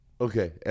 Okay